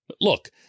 Look